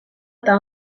eta